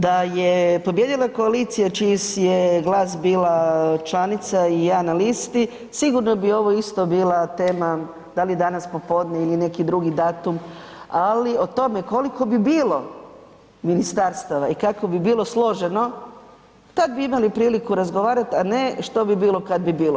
Da je pobijedila koalicija čiji je GLAS bila članica i ja na listi, sigurno bi ovo isto bila tema da li danas popodne ili neki drugi datum, ali o tome koliko bi bilo ministarstava i kako bi bilo složeno, tad bi imali priliku razgovarati, a ne što bi bilo kad bi bilo.